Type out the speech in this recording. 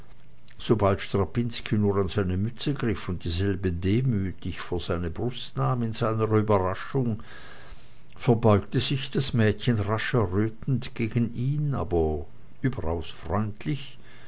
sobald strapinski nur an seine mütze griff und dieselbe demütig vor seine brust nahm in seiner überraschung verbeugte sich das mädchen rasch errötend gegen ihn aber überaus freundlich